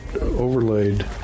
overlaid